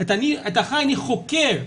את החי אני חוקר.